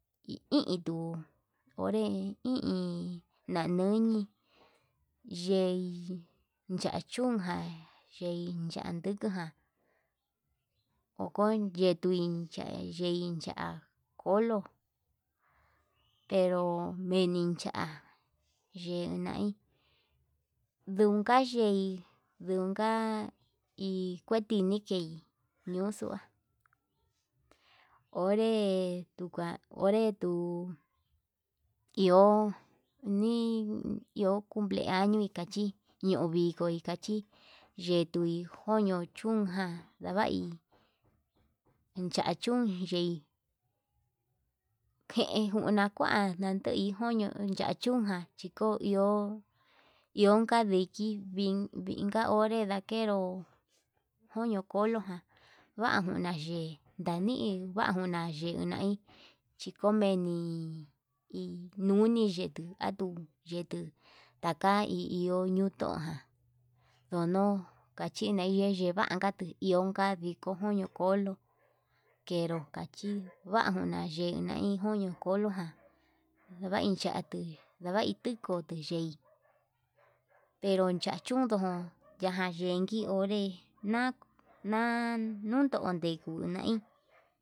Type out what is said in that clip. Hi i tuu onre ñañeni yei chatuka yei yandukuján. okon yutei yein chin cha'a olo pero menin cha'a yeinai nduka ye'í nduka hi kuetini kei ñutua, onre nduka onre nduu iho ñii iho cumple añoi kachi ñoo vikoi kachí yetui joño chún ján, ndavai iin chanchun yei kei njuna kuan ndakei kuñu ya'a chún jan chiko iho ihonka diki vi vinka onre ndakero joño kolo ján, vajuna yee ndani vanjuna yunai chikomeni nune yetuu atuu nunitu taka hi iho ñuu toján ndono kachi yei nevanka ionka viko njuño kolo kenro kachi va'a njuna yenai koño kolojan ndevai yati, ndavai tikote yei pero chandunku kana yenki onré na na nuken nduku nai.